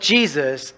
Jesus